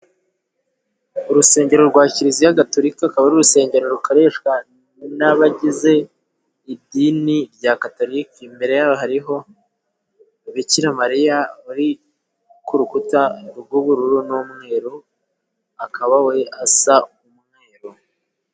Urusengero rwa kiliziya gatolika akaba ari urusengero rukoreshwa n'abagize idini rya catolika, mbere hariho Bikiramariya ari ku rukuta rw'ubururu n'umweru akaba we asa umweru.